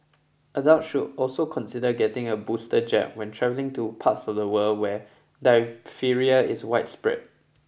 adults should also consider getting a booster jab when traveling to parts of the world where diphtheria is widespread